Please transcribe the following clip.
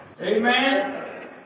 Amen